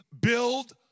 build